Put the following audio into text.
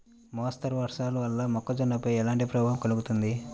మోస్తరు వర్షాలు వల్ల మొక్కజొన్నపై ఎలాంటి ప్రభావం కలుగుతుంది?